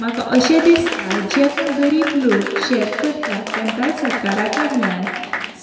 म्हाका अशें दिसता जे कोण गरीब लोक शेत करतात तेमकाय सरकारा कडल्यान